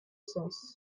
sens